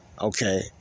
Okay